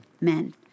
men